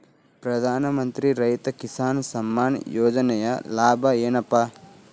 ಪ್ರಧಾನಮಂತ್ರಿ ರೈತ ಕಿಸಾನ್ ಸಮ್ಮಾನ ಯೋಜನೆಯ ಲಾಭ ಏನಪಾ?